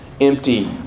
empty